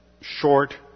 short